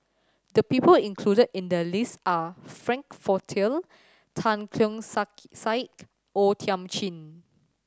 the people included in the list are Frank Tan Keong Sak Saik O Thiam Chin